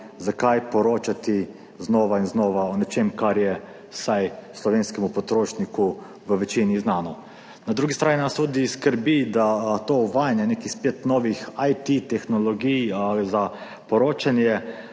zakaj poročati znova in znova o nečem, kar je vsaj slovenskemu potrošniku v večini znano. Na drugi strani nas tudi skrbi, da to uvajanje nekih spet novih IT tehnologij za poročanje,